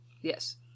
yes